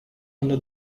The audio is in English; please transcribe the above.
under